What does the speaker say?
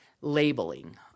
labeling